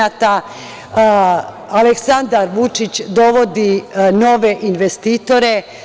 Aleksandar Vučić dovodi nove investitore.